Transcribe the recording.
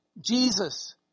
Jesus